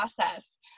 process